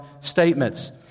statements